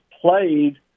played